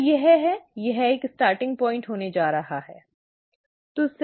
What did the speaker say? तो यह है यह एक प्रारंभिक बिंदु होने जा रहा है ठीक है